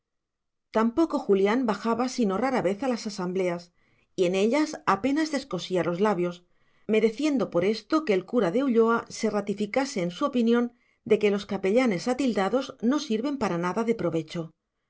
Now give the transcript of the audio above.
tampoco julián bajaba sino rara vez a las asambleas y en ellas apenas descosía los labios mereciendo por esto que el cura de ulloa se ratificase en su opinión de que los capellanes atildados no sirven para nada de provecho